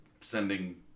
sending